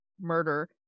murder